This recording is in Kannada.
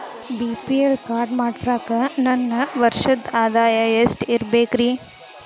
ಬಿ.ಪಿ.ಎಲ್ ಕಾರ್ಡ್ ಮಾಡ್ಸಾಕ ನನ್ನ ವರ್ಷದ್ ಆದಾಯ ಎಷ್ಟ ಇರಬೇಕ್ರಿ?